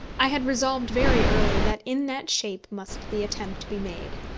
i had resolved very early that in that shape must the attempt be made.